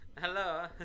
Hello